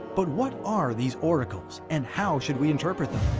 but what are these oracles and how should we interpret them?